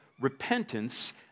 repentance